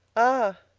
ah!